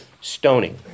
stoning